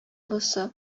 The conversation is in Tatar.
олысы